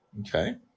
Okay